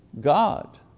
God